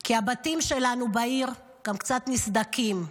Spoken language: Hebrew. כי הבתים שלנו בעיר גם קצת נסדקים.